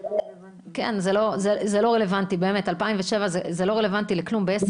לא רלוונטי לכלום, באמת.